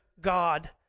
God